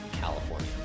California